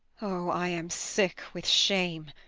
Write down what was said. oh, i am sick with shame!